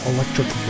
Electric